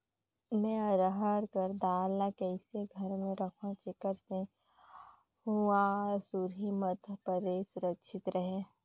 मैं अरहर कर दाल ला कइसे घर मे रखों जेकर से हुंआ सुरही मत परे सुरक्षित रहे?